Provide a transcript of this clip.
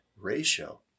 ratio